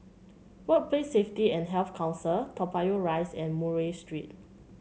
Workplace Safety and Health Council Toa Payoh Rise and Murray Street